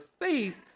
faith